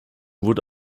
wurde